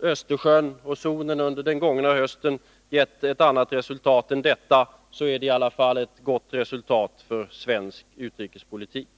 Östersjön och zonen under den gångna hösten gett ett annat resultat än detta, så är det i alla fall ett gott resultat för svensk utrikespolitik.